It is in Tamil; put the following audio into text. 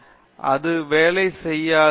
நான் சிறந்தவன் அது வேலை செய்யாது